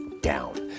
down